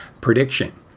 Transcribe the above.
Prediction